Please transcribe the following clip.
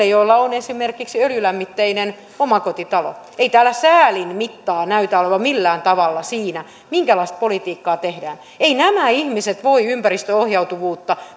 joilla on esimerkiksi öljylämmitteinen omakotitalo ei täällä säälillä näytä olevan mittaa millään tavalla siinä minkälaista politiikkaa tehdään eivät nämä ihmiset voi ympäristöohjautuvuutta